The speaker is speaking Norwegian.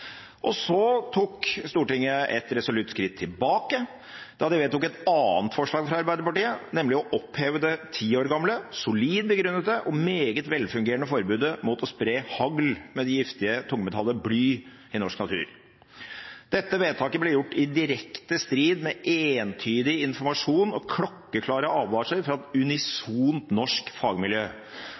Og så tok Stortinget et resolutt skritt tilbake da de vedtok et annet forslag fra Arbeiderpartiet, nemlig å oppheve det ti år gamle solid begrunnede og meget velfungerende forbudet mot å spre hagl med det giftige tungmetallet bly i norsk natur. Dette vedtaket ble gjort i direkte strid med entydig informasjon og klokkeklare advarsler fra et unisont norsk fagmiljø.